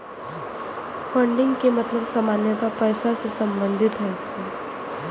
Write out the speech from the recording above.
funding के मतलब सामान्यतः पैसा सं संबंधित होइ छै